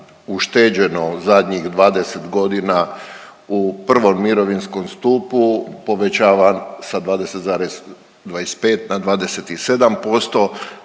ušteđeno zadnjih 20 godina u prvom mirovinskom stupu sa 20,25 na 27%.